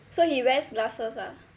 so he wears glasses ah